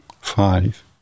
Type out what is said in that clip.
five